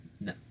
No